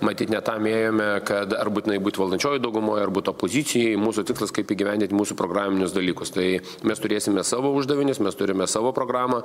matyt ne tam ėjome kad ar būtinai būt valdančiojoj daugumoj ar būti opozicijoj mūsų tikslas kaip įgyvendint mūsų programinius dalykus tai mes turėsime savo uždavinius mes turime savo programą